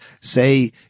Say